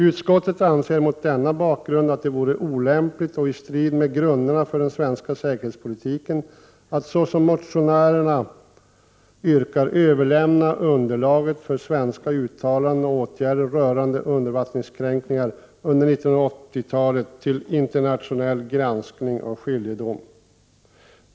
Utskottet anser mot denna bakgrund att det vore olämpligt och i strid med grunderna för den svenska säkerhetspolitiken att såsom motionärerna yrkar överlämna underlaget för svenska uttalanden och åtgärder rörande undervattenskränkningar under 1980-talet till internationell granskning och skiljedom.